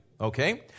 Okay